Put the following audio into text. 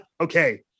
okay